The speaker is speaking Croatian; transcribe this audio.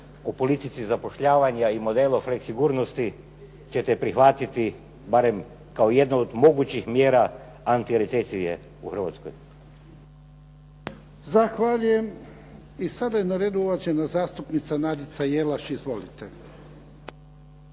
o politici zapošljavanja i modelu flekssigurnosti ćete prihvatiti barem kao jednu od mogućih mjera antirecesijske u Hrvatskoj. **Jarnjak, Ivan (HDZ)** Zahvaljujem. I sada je na redu uvažena zastupnica Nadica Jelaš. Izvolite.